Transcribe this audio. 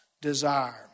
desire